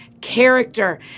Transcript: character